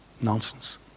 nonsense